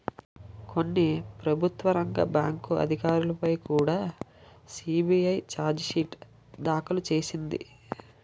కొన్ని ప్రభుత్వ రంగ బ్యాంకు అధికారులపై కుడా సి.బి.ఐ చార్జి షీటు దాఖలు చేసింది